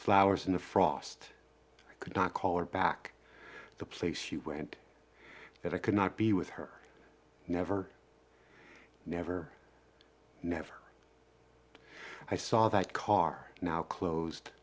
flowers in the frost i could not call her back the place she went that i could not be with her never never never i saw that car now closed